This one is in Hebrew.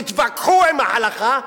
תתווכחו עם ההלכה,